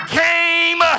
came